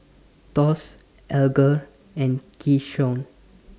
Thos Alger and Keyshawn